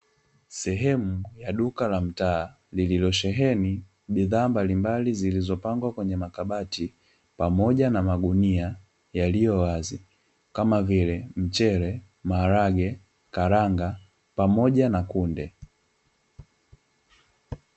Sehemu ya duka la mtaa lililosheheni bidhaa mbalimbali zilizopambwa kwenye makabati pamoja na magunia yaliyowazi kama vile mchele, maharage, karanga pamoja na kunde.